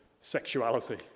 sexuality